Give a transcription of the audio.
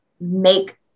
make